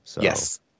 Yes